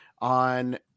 on